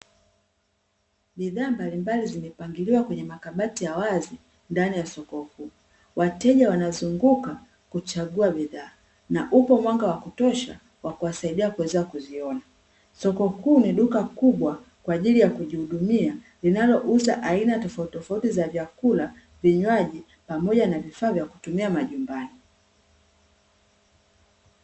Bidhaa mbalimbali zimepangiliwa kwenye makabati ya wazi ndani ya soko kuu. Wateja wanazunguka kuchagua bidhaa, na upo mwanga wa kutosha wa kuwasaidia kuweza kuziona. Soko kuu ni duka kubwa kwa ajili ya kujihudumia linalouza aina tofautitofauti za vyakula, vinywaji, pamoja na vifaa vya kutumia majumbani.